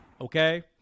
okay